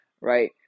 right